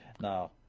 Now